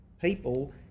people